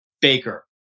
Baker